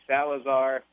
Salazar